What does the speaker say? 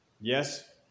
yes